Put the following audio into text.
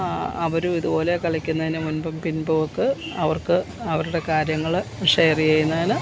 അവരും ഇത്പോലെ കളിക്കുന്നതിന് മുൻപും പിൻപുമൊക്കെ അവർക്ക് അവരുടെ കാര്യങ്ങൾ ഷെയർ ചെയ്യുന്നതിന്